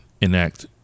enact